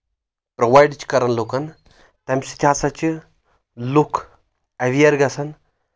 provide چھِ کران لُکَن تمہِ سۭتۍ ہسا چھِ لُکھ ایویَر گژھان